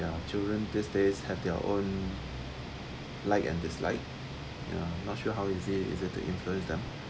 ya children these days have their own like and dislike ya not sure how easy is it to influence them